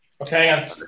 Okay